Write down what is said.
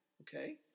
okay